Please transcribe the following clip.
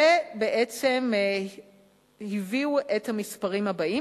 ובעצם הביאו את המספרים הבאים.